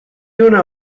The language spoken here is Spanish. una